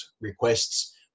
requests